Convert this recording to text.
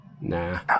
Nah